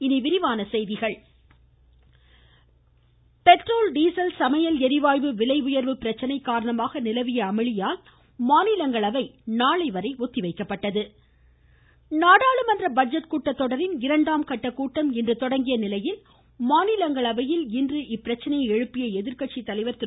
இனி விரிவான செய்திகள் பட்ஜெட் கூட்டத்தொடர் பெட்ரோல் டீசல் சமையல் ளிவாயு விலை உயர்வு பிரச்சனை காரணமாக நிலவிய அமளியால் மாநிலங்களவை நாளை வரை ஒத்திவைக்கப்பட்டது நாடாளுமன்ற பட்ஜெட் கூட்டத்தொடரின் இரண்டாம் கட்ட கூட்டம் இன்று தொடங்கிய நிலையில் மாநிலங்களவையில் இப்பிரச்சனையை எழுப்பிய எதிர்கட்சி தலைவர் திரு